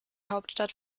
hauptstadt